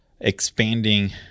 expanding